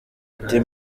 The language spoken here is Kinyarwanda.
ati